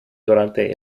durante